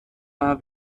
war